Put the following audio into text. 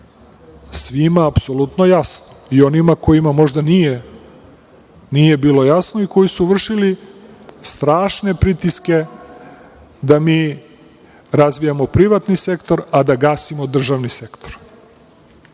svima apsolutno jasno i onima kojima možda nije bilo jasno i koji su vršili strašne pritiske da mi razvijamo privatni sektor, a da gasimo državni sektor.